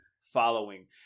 following